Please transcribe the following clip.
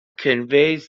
conveys